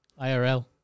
IRL